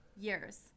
years